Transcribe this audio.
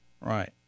Right